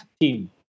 team